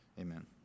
Amen